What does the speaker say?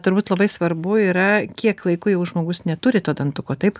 turbūt labai svarbu yra kiek laiko jau žmogus neturi to dantuko taip